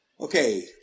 Okay